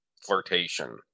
flirtation